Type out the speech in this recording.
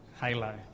halo